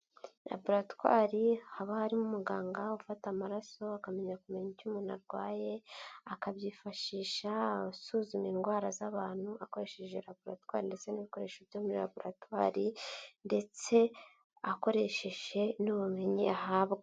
Laboratwari haba harimo umuganga ufata amaraso akamenya kumenya icyo umuntu arwaye, akabyifashisha asuzuma indwara z'abantu akoresheje laboratwari ndetse n'ibikoresho byo muri laboratwari ndetse akoresheje n'ubumenyi ahabwa.